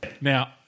Now